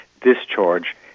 discharge